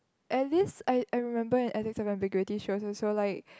at least I I remember an ethcis of ambiguity she was also like